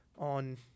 on